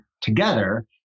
together